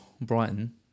Brighton